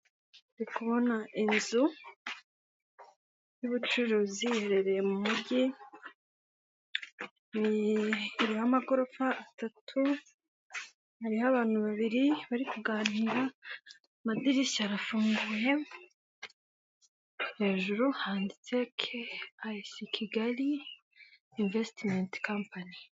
Ndi kubona inzu y'ubucuruzi iherereye mu mujyi y'amagorofa atatu hariho abantu babiri bari kuganira amadirishya arafunguye hejuru handitse ca keyisi Kigali investimenti kampani.